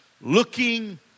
Looking